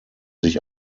sich